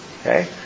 Okay